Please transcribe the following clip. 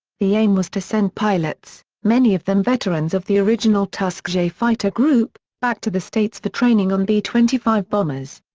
the aim was to send pilots many of them veterans of the original tuskegee fighter group back to the states for training on b twenty five bombers.